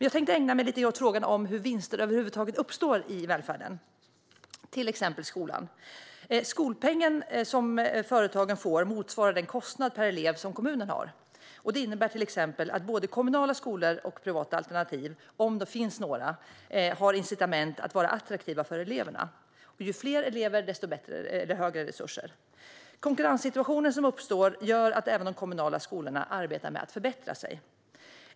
Jag tänkte ägna mig lite åt frågan om hur vinster över huvud taget uppstår i välfärden, till exempel skolan. Skolpengen som företagen får motsvarar den kostnad per elev som kommunen har. Det innebär till exempel att både kommunala skolor och privata alternativ, om det finns några, har incitament att vara attraktiva för eleverna. Ju fler elever, desto större resurser. Konkurrenssituationen som uppstår gör att även de kommunala skolorna arbetar med att förbättra sig.